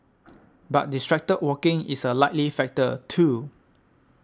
but distracted walking is a likely factor too